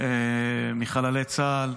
מחיילי צה"ל,